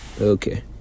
Okay